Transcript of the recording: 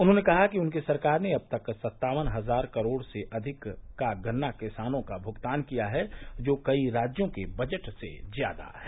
उन्होंने कहा कि उनकी सरकार ने अब तक सत्तावन हजार करोड़ से अधिक का गन्ना किसानों का भुगतान किया है जो कई राज्यों के बजट से ज्यादा है